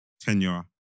tenure